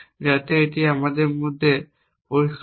যাতে এটি আমাদের মধ্যে পরিষ্কার হয়